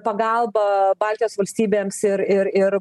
pagalba baltijos valstybėms ir ir ir